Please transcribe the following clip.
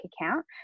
account